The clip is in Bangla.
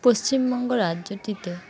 পশ্চিমবঙ্গ রাজ্যটিতে